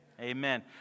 Amen